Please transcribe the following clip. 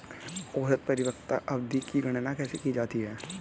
औसत परिपक्वता अवधि की गणना कैसे की जाती है?